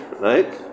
Right